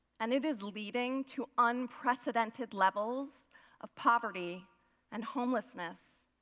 and it is leading to unprecedented levels of poverty and homelessness.